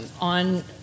on